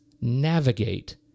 navigate